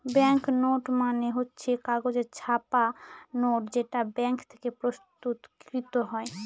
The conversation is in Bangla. ব্যাঙ্ক নোট মানে হচ্ছে কাগজে ছাপা নোট যেটা ব্যাঙ্ক থেকে প্রস্তুত কৃত হয়